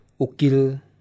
Ukil